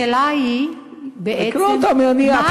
השאלה היא בעצם, לקרוא אותה מהנייר.